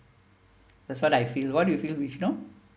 that's what I feel what do you feel rusno